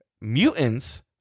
Mutants